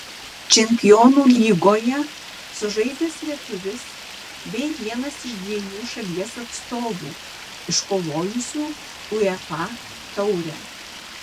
čempionų lygoje sužaidęs lietuvis bei vienas iš dviejų šalies atstovų iškovojusių uefa taurę